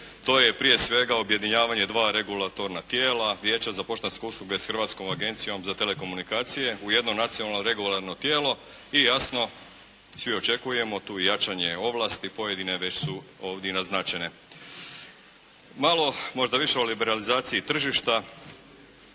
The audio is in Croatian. To je prije svega objedinjavanje dva regulatorna tijela, Vijeća za poštanske usluge s Hrvatskom agencijom za telekomunikacije u jedno nacionalno regulatorno tijelo. I jasno, svi očekujemo tu jačanje ovlasti, pojedine već su ovdje i naznačene. Malo možda više o liberalizaciji tržišta